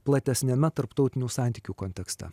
platesniame tarptautinių santykių kontekste